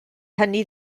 hynny